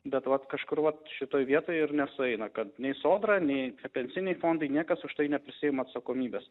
bet vat kažkur vat šitoj vietoj ir nesueina kad nei sodra nei pensiniai fondai niekas už tai neprisiima atsakomybės